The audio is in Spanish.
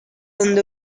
donde